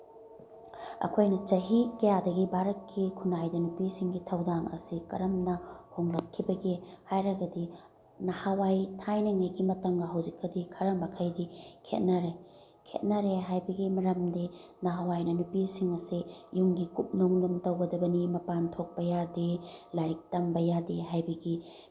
ꯑꯩꯈꯣꯏꯅ ꯆꯍꯤ ꯀꯌꯥꯗꯒꯤ ꯚꯥꯔꯠꯀꯤ ꯈꯨꯅꯥꯏꯗ ꯅꯨꯄꯤꯁꯤꯡꯒꯤ ꯊꯧꯗꯥꯡ ꯑꯁꯤ ꯀꯔꯝꯅ ꯍꯣꯡꯂꯛꯈꯤꯕꯒꯦ ꯍꯥꯏꯔꯒꯗꯤ ꯅꯍꯥꯟꯋꯥꯏ ꯊꯥꯏꯅꯉꯩꯒꯤ ꯃꯇꯝꯒ ꯍꯧꯖꯤꯛꯀꯗꯤ ꯈꯔ ꯃꯈꯩꯗꯤ ꯈꯦꯠꯅꯔꯦ ꯈꯦꯠꯅꯔꯦ ꯍꯥꯏꯕꯒꯤ ꯃꯔꯝꯗꯤ ꯅꯍꯥꯟꯋꯥꯏꯅ ꯅꯨꯄꯤꯁꯤꯡ ꯑꯁꯤ ꯌꯨꯝꯒꯤ ꯀꯨꯞꯅꯣꯝꯂꯣꯝ ꯇꯧꯒꯗꯕꯅꯤ ꯃꯄꯥꯟ ꯊꯣꯛꯄ ꯌꯥꯗꯦ ꯂꯥꯏꯔꯤꯛ ꯇꯝꯕ ꯌꯥꯗꯦ ꯍꯥꯏꯕꯒꯤ